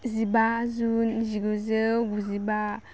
जिबा जुन जिगुजौ गुजिबा